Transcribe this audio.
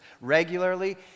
regularly